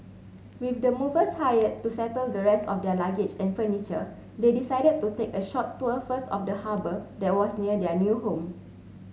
with the movers hired to settle the rest of their luggage and furniture they decided to take a short tour first of the harbour that was near their new home